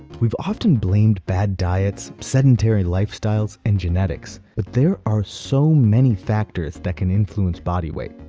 we've often blamed bad diets, sedentary lifestyles, and genetics, but there are so many factors that can influence body weight.